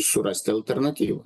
surasti alternatyvą